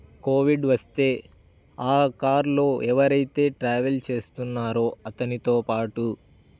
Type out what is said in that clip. Covid వస్తే ఆ కారులో ఎవరైతే ట్రావెల్ చేస్తున్నారో అతనితో పాటు